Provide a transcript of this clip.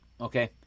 Okay